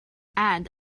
add